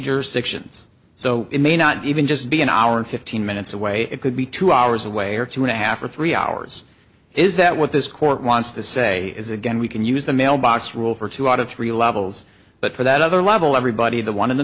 jurisdictions so it may not even just be an hour and fifteen minutes away it could be two hours away or two and a half or three hours is that what this court wants to say is again we can use the mailbox rule for two out of three levels but for that other level everybody the one in the